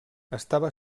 estava